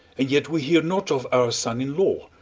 yet we hear not of our son-in-law.